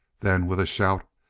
then, with a shout,